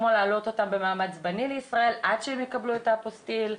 כמו להעלות אותם במעמד זמני לישראל עד שהם יקבל את האפוסטיל,